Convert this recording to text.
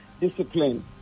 discipline